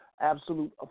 absolute